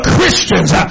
Christians